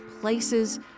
places